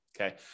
Okay